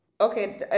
Okay